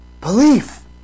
Belief